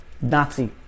Nazi